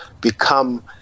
become